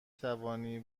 توانی